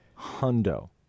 hundo